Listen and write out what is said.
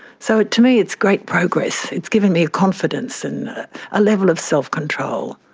so to me it's great progress, it's given me confidence and a level of self-control,